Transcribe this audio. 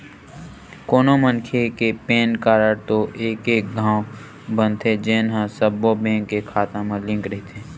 कोनो मनखे के पेन कारड तो एके घांव बनथे जेन ह सब्बो बेंक के खाता म लिंक रहिथे